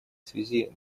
связи